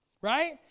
right